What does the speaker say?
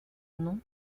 nom